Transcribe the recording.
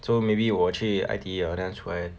so maybe 我去 I_T_E liao then 出来